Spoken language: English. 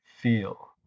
feel